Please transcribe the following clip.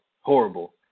Horrible